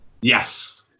Yes